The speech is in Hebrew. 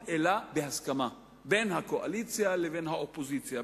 אלא בהסכמה בין הקואליציה לבין האופוזיציה,